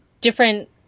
different